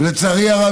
ולצערי הרב,